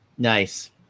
Nice